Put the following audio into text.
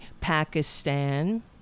Pakistan